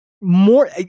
more